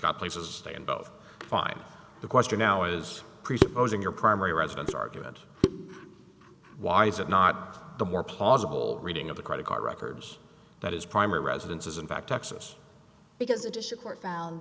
got places stay in both find the question now is presupposing your primary residence argument why is it not the more plausible reading of the credit card records that his primary residence is in fact texas because additional court found